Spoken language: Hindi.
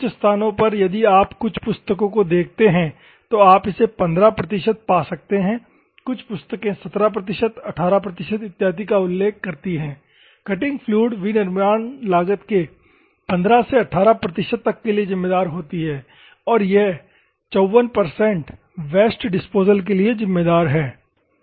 कुछ स्थानों पर यदि आप कुछ पुस्तकों को देखते हैं तो आप इसे 15 प्रतिशत पा सकते हैं कुछ पुस्तकें 17 प्रतिशत 18 प्रतिशत इत्यादि का उल्लेख करती है कटिंग फ्लूइड विनिर्माण लागत के 15 से 18 प्रतिशत तक के लिए जिम्मेदार होती है और ये 54 वेस्ट डिस्पोजल के लिए जिम्मेदार है